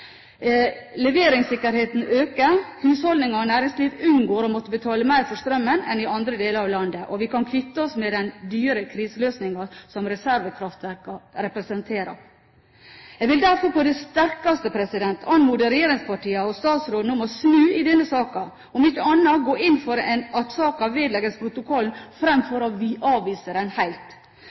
leveringssikkerheten øker, husholdninger og næringsliv unngår å måtte betale mer for strømmen enn i andre deler av landet, og vi kan kvitte oss med den dyre kriseløsningen som reservekraftverkene representerer. Jeg vil derfor på det sterkeste anmode regjeringspartiene og statsråden om å snu i denne saken, om ikke annet å gå inn for at saken vedlegges protokollen fremfor å avvise den helt.